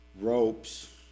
ropes